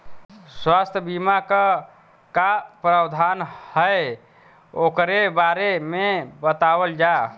फसल बीमा क का प्रावधान हैं वोकरे बारे में बतावल जा?